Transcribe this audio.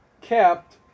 kept